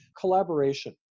Collaboration